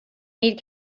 need